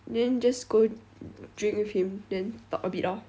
then just go drink with him then talk a bit orh